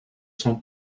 sont